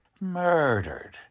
Murdered